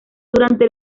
durante